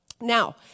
Now